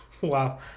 Wow